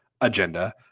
agenda